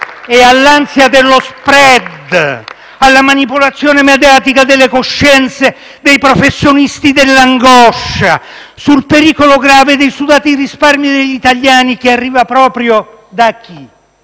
E l'ansia dello *spread*, la manipolazione mediatica delle coscienze dei professionisti dell'angoscia sul pericolo grave dei sudati risparmi degli italiani, da chi arriva? Dagli